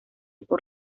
por